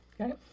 Okay